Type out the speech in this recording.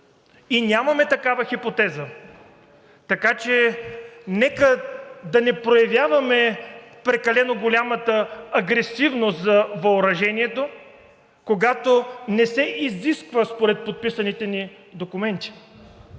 и нямаме такава хипотеза, така че нека да не проявяваме прекалено голямата агресивност за въоръжението, когато не се изисква според подписаните ни документи.